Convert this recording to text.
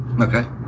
Okay